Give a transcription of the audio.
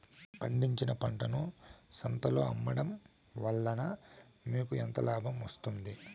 పండించిన పంటను సంతలలో అమ్మడం వలన మీకు ఎంత లాభం వస్తుంది?